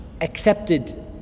accepted